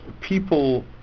People